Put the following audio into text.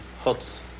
huts